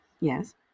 Yes